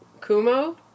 Kumo